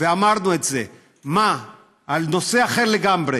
ואמרנו את זה על נושא אחר לגמרי,